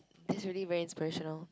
this really very inspirational